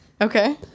Okay